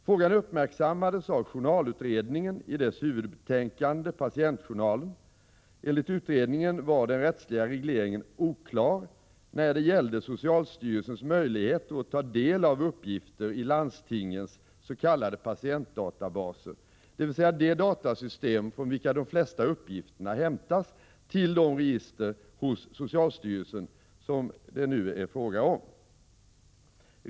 Frågan uppmärksammades av journalutredningen i dess huvudbetänkande Patientjournalen. Enligt utredningen var den rättsliga regleringen oklar när det gällde socialstyrelsens möjligheter att ta del av uppgifter i landstingens s.k. patientdatabaser, dvs. de datasystem från vilka de flesta av uppgifterna hämtas till de register hos socialstyrelsen som nu är i fråga.